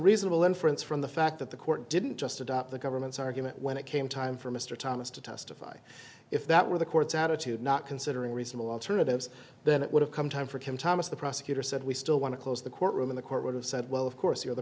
reasonable inference from the fact that the court didn't just adopt the government's argument when it came time for mr thomas to testify if that were the court's attitude not considering reasonable alternatives then it would have come time for him thomas the prosecutor said we still want to close the courtroom in the court would've said well of course you